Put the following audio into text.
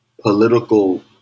political